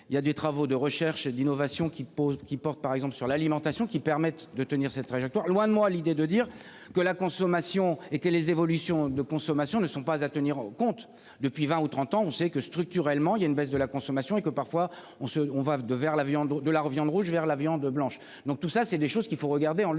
il y a des travaux de recherche et d'innovation qui qui portent par exemple sur l'alimentation qui permettent de tenir cette trajectoire loin de moi l'idée de dire que la consommation et que les évolutions de consommation ne sont pas à tenir compte depuis 20 ou 30 ans, on sait que structurellement il y a une baisse de la consommation et que parfois on se, on va vers la viande de l'art, viande rouge vers la viande blanche donc tout ça c'est des choses qu'il faut regarder en lucidité.